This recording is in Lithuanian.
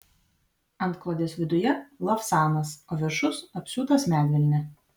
antklodės viduje lavsanas o viršus apsiūtas medvilne